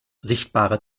sichtbare